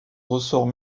ressorts